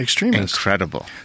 Incredible